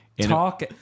talk